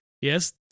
yes